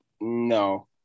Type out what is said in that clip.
No